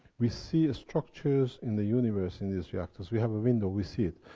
we see structures in the universe in these reactors. we have a window, we see it.